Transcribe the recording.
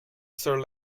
sir